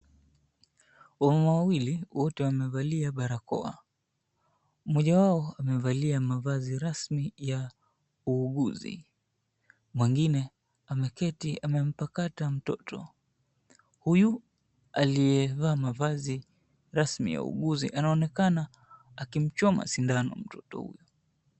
Wamama wawili wote wamevalia barakoa. Mmoja wao amevalia mavazi rasmi ya wauuguzi mwengine ameketi amempakata mtoto. Huyu aliyevaa mavazi rasmi ya wauuguzi anaonekana akimchoma sindano mtoto huyu.